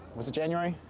was it january?